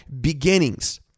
beginnings